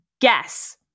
guess